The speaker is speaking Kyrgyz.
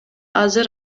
азыр